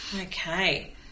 Okay